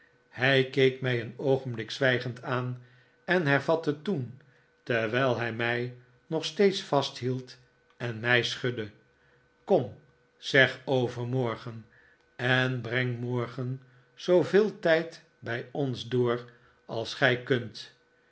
hij keek mij een oogenblik zwijgend aan en hervatte toen terwijl hij mij nog steeds vasthield en mij schudde kom zeg overmorgen en breng morgen zooveel tijd bij ons door als gij kunt